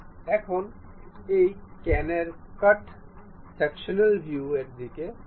এখন এই কেন্ এর কাট সেকশনাল ভিউ এর দিকে তাকান